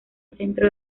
centro